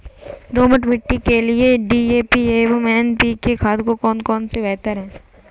दोमट मिट्टी के लिए डी.ए.पी एवं एन.पी.के खाद में कौन बेहतर है?